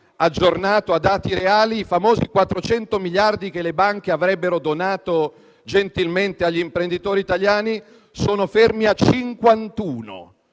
aggiornando i dati reali, i famosi 400 miliardi di euro che le banche avrebbero gentilmente donato agli imprenditori italiani sono fermi a 51.